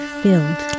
filled